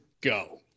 go